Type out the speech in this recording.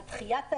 על דחיית האירוע,